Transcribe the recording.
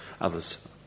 others